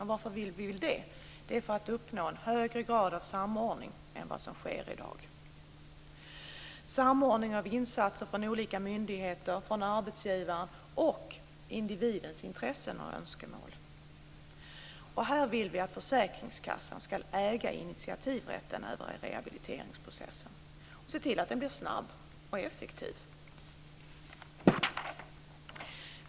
Och varför vill vi det? Jo, det är för att man ska uppnå en högre grad av samordning än vad man har i dag. Samordning av insatser från olika myndigheter, från arbetsgivare och individens intresse och önskemål. Här är det försäkringskassan som ska äga initiativrätten när det gäller rehabiliteringsprocessen och se till att den blir snabb och effektiv.